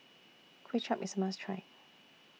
Kway Chap IS A must Try